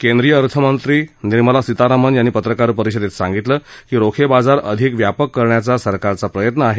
केंद्रीय अर्थमंत्री निर्मला सीतारामन यांनी पत्रकार परिषदेत सांगितलं की रोखे बाजार अधिक व्यापक करण्याचा सरकारचा प्रयत्न आहे